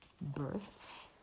birth